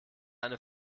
eine